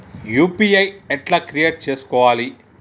UPI ఎట్లా create చేసుకోవాలి?